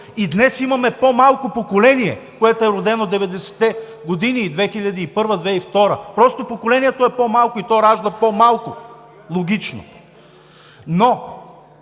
И днес имаме по-малко поколение, което е родено 90-те години – 2001 – 2002 г., просто поколението е по-малко и то ражда по-малко. Логично.